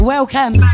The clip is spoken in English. Welcome